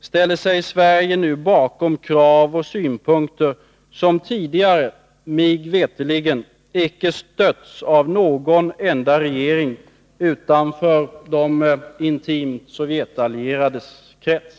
ställer sig Sverige nu bakom krav och synpunkter som tidigare mig veterligen icke stötts av någon enda regering utanför de intimt Sovjetallierades krets.